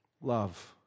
Love